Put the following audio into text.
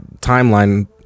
timeline